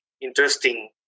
interesting